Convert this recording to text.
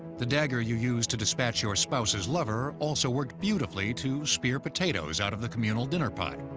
the dagger you used to dispatch your spouse's lover also worked beautifully to spear potatoes out of the communal dinner pot.